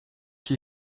qui